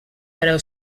però